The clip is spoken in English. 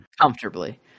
comfortably